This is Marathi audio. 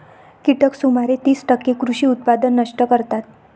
कीटक सुमारे तीस टक्के कृषी उत्पादन नष्ट करतात